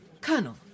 Colonel